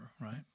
right